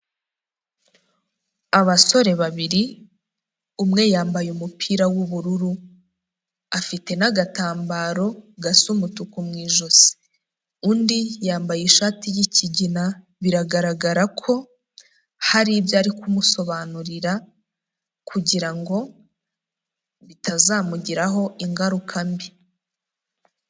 Abasore babiri umwe yambaye umupira w'ubururu, afite n'agatambaro gasa umutuku mu ijosi, undi yambaye ishati y'ikigina biragaragara ko hari ibyo ari kumusobanurira kugira ngo bitazamugiraho ingaruka mbi.